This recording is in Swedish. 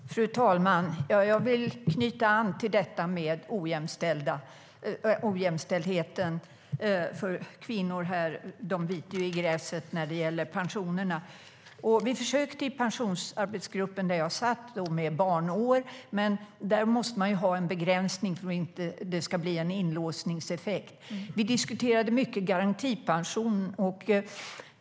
Fru talman! Jag vill knyta an till detta med ojämställdheten för kvinnor. De biter ju i gräset när det gäller pensionerna. Vi diskuterade garantipension mycket.